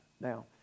Now